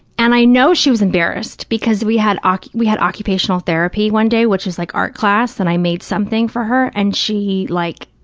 and i know she was embarrassed because we had ah we had occupational therapy one day, which is like art class, and i made something for her and she like